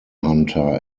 hunter